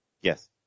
Yes